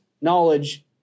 knowledge